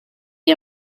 iyo